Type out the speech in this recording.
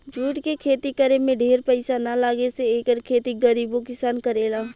jute के खेती करे में ढेर पईसा ना लागे से एकर खेती गरीबो किसान करेला